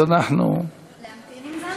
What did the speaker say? אז אנחנו להמתין עם זה?